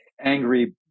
angry